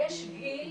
יש גיל